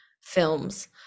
films